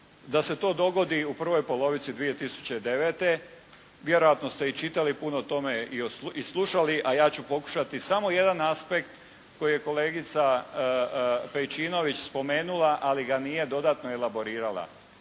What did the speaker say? da se to dogodi u prvoj polovici 2009.? Vjerojatno ste i čitali puno o tome i slušali a ja ću pokušati samo jedan aspekt koji je kolegica Pejčinović spomenula ali ga nije dodatno elaborirala.